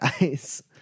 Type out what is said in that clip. guys